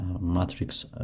Matrix